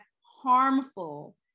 harmful